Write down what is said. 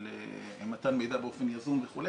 של מתן מידע באופן יזום וכו',